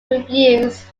reviews